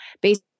based